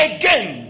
again